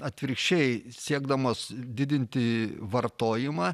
atvirkščiai siekdamos didinti vartojimą